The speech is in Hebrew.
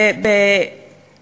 מדובר